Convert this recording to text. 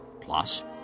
Plus